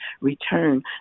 return